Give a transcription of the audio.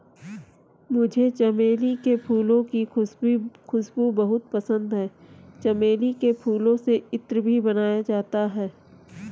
मुझे चमेली के फूलों की खुशबू बहुत पसंद है चमेली के फूलों से इत्र भी बनाया जाता है